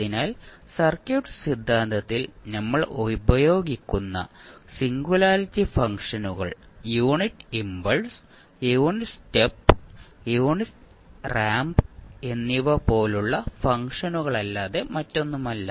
അതിനാൽ സർക്യൂട്ട് സിദ്ധാന്തത്തിൽ നമ്മൾ ഉപയോഗിക്കുന്ന സിംഗുലാരിറ്റി ഫംഗ്ഷനുകൾ unit impulse unit step unit ramp എന്നിവപോലുള്ള ഫംഗ്ഷനുകളല്ലാതെ മറ്റൊന്നുമല്ല